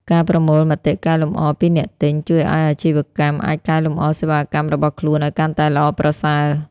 ការប្រមូលមតិកែលម្អ ពីអ្នកទិញ ជួយឱ្យអាជីវកម្មអាចកែលម្អសេវាកម្មរបស់ខ្លួនឱ្យកាន់តែល្អប្រសើរ។